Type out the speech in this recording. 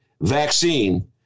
vaccine